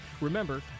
Remember